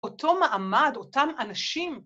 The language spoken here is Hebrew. ‫אותו מעמד, אותם אנשים.